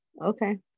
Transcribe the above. Okay